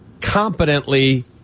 competently